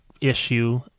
issue